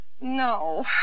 No